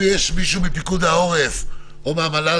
אם יש מישהו מפיקוד העורף או מהמל"ל